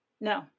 No